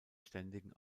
ständigen